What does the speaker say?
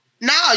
No